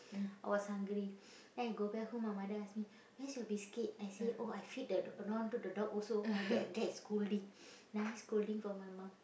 I was hungry then I go back home my mother ask me where is your biscuit I say oh I feed the dog know to the dog also I get get scolding nice scolding from my mum